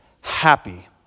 happy